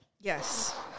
Yes